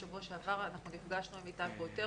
בשבוע שעבר נפגשנו עם איתי קרויטרו,